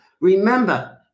Remember